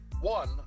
One